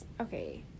Okay